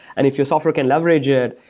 and if your software can leverage it,